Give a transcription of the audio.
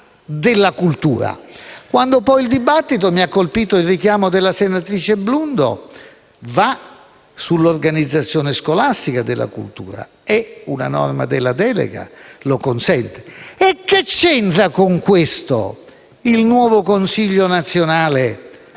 quando poi il dibattito - mi ha colpito il richiamo della senatrice Blundo - va sull'organizzazione scolastica della cultura e una norma della delega lo consente. Ma cosa c'entra con questo il nuovo consiglio nazionale